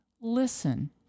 listen